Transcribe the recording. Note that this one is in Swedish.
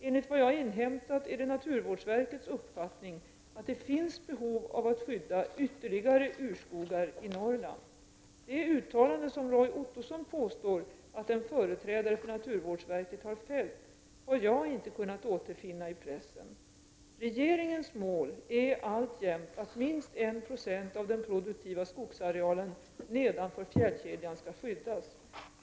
Enligt vad jag har inhämtat är det naturvårdsverkets uppfattning att det finns behov av att skydda ytterligare urskogar i Norrland. Det uttalande som Roy Ottosson påstår att en företrädare för naturvårdsverket har fällt, har jag inte kunnat återfinna i pressen. Regeringens mål är alltjämt att minst 1 76 av den produktiva skogsarealen nedanför fjällkedjan skall skyddas.